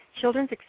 Children's